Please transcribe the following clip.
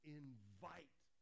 invite